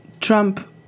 Trump